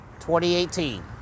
2018